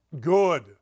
Good